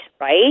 right